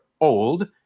old